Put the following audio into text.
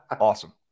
Awesome